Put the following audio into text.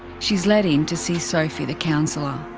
she's led in to see sophie the counsellor.